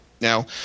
Now